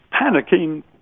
panicking